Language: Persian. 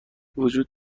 وجود